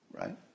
right